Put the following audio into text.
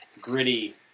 gritty